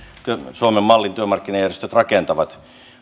suomen mallin työmarkkinajärjestöt rakentavat